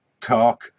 talk